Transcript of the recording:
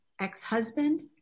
ex-husband